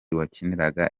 wakiniraga